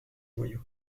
joyau